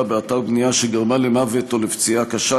באתר בנייה שגרמה למוות או לפציעה קשה,